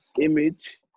image